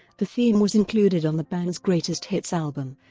the theme was included on the band's greatest hits album,